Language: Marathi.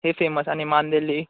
हे फेमस आणि मांदेली